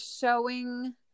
showing